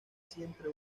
siempre